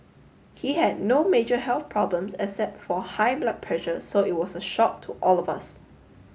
he had no major health problems except for high blood pressure so it was a shock to all of us